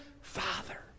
Father